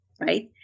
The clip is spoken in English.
Right